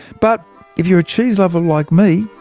but if you're a cheese-lover like me,